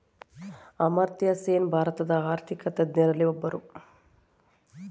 ಅಮರ್ತ್ಯಸೇನ್ ಭಾರತದ ಆರ್ಥಿಕ ತಜ್ಞರಲ್ಲಿ ಒಬ್ಬರು